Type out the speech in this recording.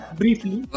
briefly